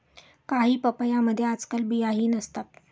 काही पपयांमध्ये आजकाल बियाही नसतात